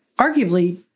Arguably